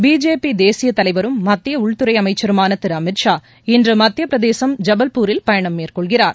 BJP தேசியத் தலைவரும் மத்திய உள்துறை அமைச்சருமான திரு அமித் ஷா இன்று மத்தியப்பிரதேசம் ஜபல்பூரில் பயணம் மேற்கொள்கிறார்